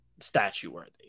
statue-worthy